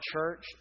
church